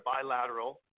bilateral